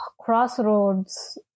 crossroads